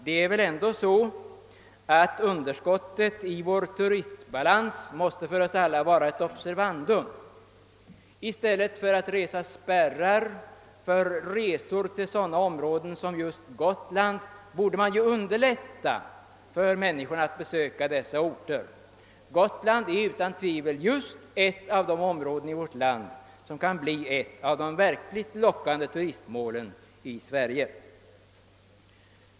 Det är väl ändå så, att underskottet i vår turistbalans måste för oss alla vara ett observandum. I stället för att resa spärrar för resor till sådana områden som Gotland borde man underlätta för människorna att besöka dessa orter. Gotland är utan tvivel ett av de områ den i vårt land som kan bli verkligt lockande turistmål.